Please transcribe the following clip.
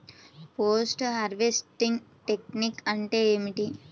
Post harvesting technique అంటే ఏమిటీ?